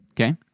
okay